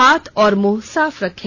हाथ और मुंह साफ रखें